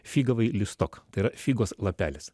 figavoj listok tai yra figos lapelis